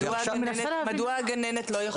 מדוע הגננת לא יכולה?